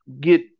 get